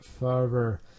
Farber